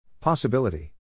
Possibility